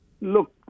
Look